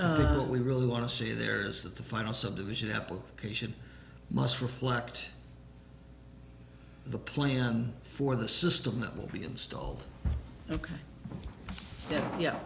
who we really want to see there is that the final subdivision application must reflect the plan for the system that will be installed ok yeah